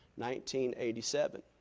1987